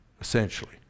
essentially